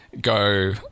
go